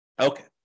Okay